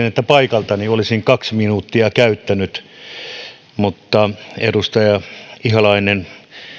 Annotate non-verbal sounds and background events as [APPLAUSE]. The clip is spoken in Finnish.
[UNINTELLIGIBLE] että paikaltani olisin kaksi minuuttia käyttänyt mutta edustaja ihalainen